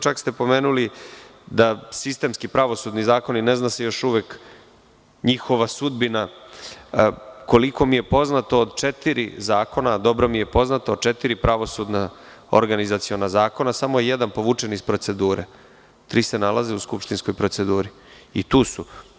Čak ste pomenuli da sistemski pravosudni zakoni, ne zna se još uvek njihova sudbina. koliko mi je poznato, od četiri zakona, dobro mi je poznato, četiri pravosudna organizaciona zakona, samo je jedan povučen iz procedure, a tri se nalaze u skupštinskoj proceduri i tu su.